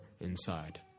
inside